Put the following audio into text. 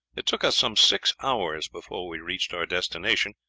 it took us some six hours before we reached our destination,